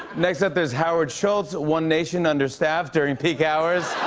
next up, there's, howard schultz one nation, understaffed during peak hours.